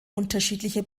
unterschiedliche